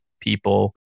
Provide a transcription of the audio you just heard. people